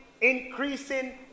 increasing